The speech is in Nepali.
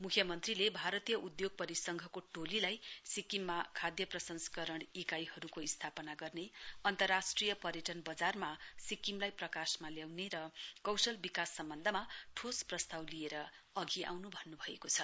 मुख्यमन्त्रीले भारतीय उधोग परिसंघको टोलीलाई सिक्किममा खाध प्रसंस्करण इकाइहरूको स्थापना गर्न अन्तर्राष्ट्रिय पर्यटन बजारमा सिक्किमलाई प्रकाशमा ल्याउन र कौशल विकास सम्वन्धमा ठोस् प्रस्ताव लिएर अधि आउन् भन्नुभएको छ